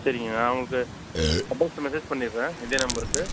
சரிங்க நான் உங்களுக்கு அட்ரஸ் மெஸேஜ் பண்ணிவிடுறேன் இதே நம்பருக்கு